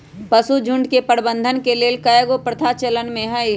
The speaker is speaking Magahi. पशुझुण्ड के प्रबंधन के लेल कएगो प्रथा चलन में हइ